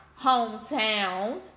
hometown